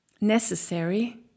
necessary